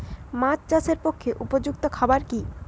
মাছ চাষের পক্ষে উপযুক্ত খাবার কি কি?